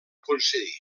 concedir